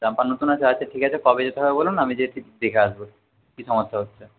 jumper নতুন আছে আচ্ছা ঠিক আছে কবে যেতে হবে বলুন আমি যেয়ে দেখে আসব কী সমস্যা হচ্ছে